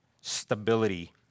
Stability